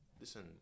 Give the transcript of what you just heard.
Listen